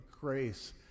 grace